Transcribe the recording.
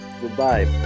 Goodbye